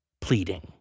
pleading